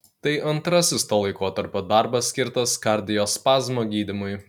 tai antrasis to laikotarpio darbas skirtas kardiospazmo gydymui